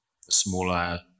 smaller